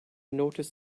noticed